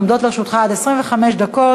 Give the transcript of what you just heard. עומדות לרשותך עד 25 דקות.